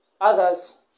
Others